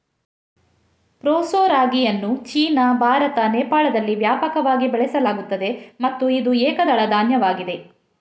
proso ರಾಗಿಯನ್ನು China, Bharat, ನೇಪಾಳದಲ್ಲಿ ವ್ಯಾಪಕವಾಗಿ ಬೆಳೆಸಲಾಗುತ್ತದೆ ಮತ್ತು ಇದು ಏಕದಳ ಧಾನ್ಯವಾಗಿದೆ